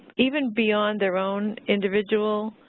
even beyond their own individual